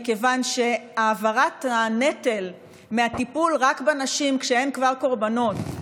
מכיוון שהעברת הנטל מהטיפול רק בנשים כשהן כבר קורבנות,